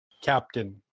captain